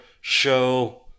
show